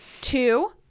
two